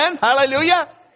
Hallelujah